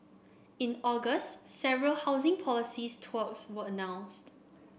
in August several housing policy tweaks were announced